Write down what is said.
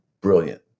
brilliant